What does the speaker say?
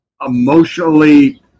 emotionally